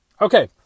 Okay